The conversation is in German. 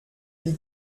die